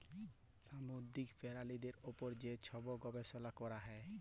সামুদ্দিরিক পেরালিদের উপর যে ছব গবেষলা ক্যরা হ্যয়